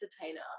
entertainer